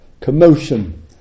commotion